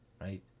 right